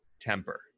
temper